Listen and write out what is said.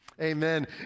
Amen